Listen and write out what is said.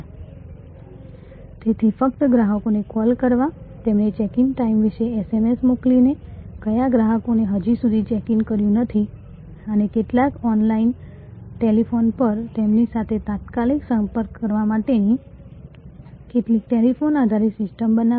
સંદર્ભ સમય 1507 તેથી ફક્ત ગ્રાહકોને કૉલ કરવા તેમને ચેક ઇન ટાઇમ વિશે એસએમએસ મોકલીને કયા ગ્રાહકોએ હજી સુધી ચેક ઇન કર્યું નથી અને કેટલાક ઑનલાઇન ટેલિફોન પર તેમની સાથે તાત્કાલિક સંપર્ક કરવા માટેની કેટલીક ટેલિફોન આધારિત સિસ્ટમ બનાવવી